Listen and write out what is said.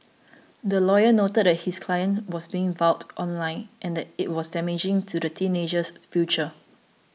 the lawyer noted that his client was being vilified online and that this was damaging to the teenager's future